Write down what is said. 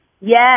Yes